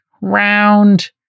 round